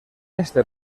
este